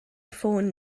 ffôn